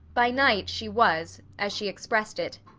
by night she was, as she expressed it,